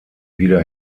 wieder